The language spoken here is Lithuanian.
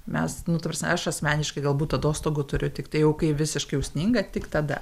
mes nu ta prasme aš asmeniškai galbūt atostogų turiu tiktai jau kai visiškai sninga tik tada